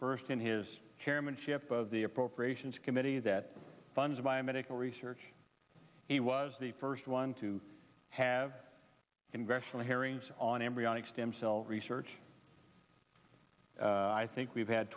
first in his chairmanship of the appropriations committee that funds biomedical research he was the first one to have congressional hearings on embryonic stem cell research i think we've had